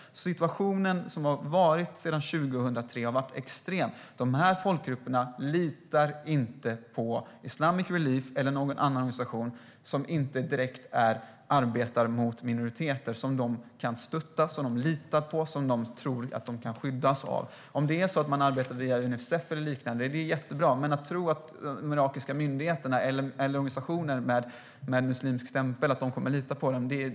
Situationen som har varat sedan 2003 har varit extrem. Dessa folkgrupper litar inte på Islamic Relief eller på någon annan organisation som inte arbetar direkt för minoriteter som de kan stöttas av, lita på och skyddas av. Det är jättebra att man arbetar via Unicef eller liknande, men man ska inte tro att minoriteterna kommer att lita på de irakiska myndigheterna eller på organisationer med muslimsk stämpel.